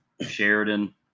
Sheridan